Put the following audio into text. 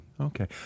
Okay